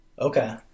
Okay